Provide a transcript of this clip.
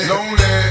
Lonely